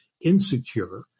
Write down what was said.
insecure